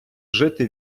жити